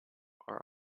are